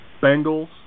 Bengals